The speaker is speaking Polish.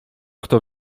kto